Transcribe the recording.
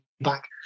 back